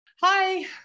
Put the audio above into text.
Hi